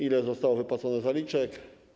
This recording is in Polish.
Ile zostało wypłaconych zaliczek?